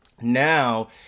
now